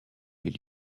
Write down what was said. les